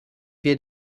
wir